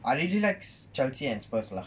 I really like chelsea and spurs lah